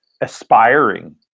aspiring